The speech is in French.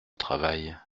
travail